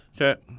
Okay